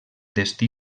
destí